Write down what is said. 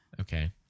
okay